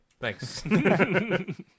Thanks